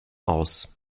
aus